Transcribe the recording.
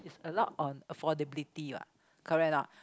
a lot on affordability [what] correct or not